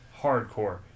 Hardcore